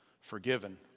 forgiven